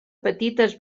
petites